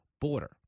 border